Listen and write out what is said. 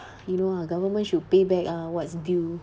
you know ah government should payback ah what's due